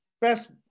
best